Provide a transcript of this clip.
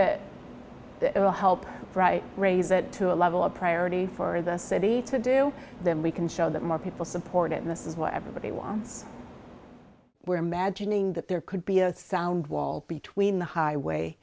it it will help right rea that to a level a priority for the city to do then we can show that more people support and this is what everybody wants we're imagining that there could be a sound wall between the highway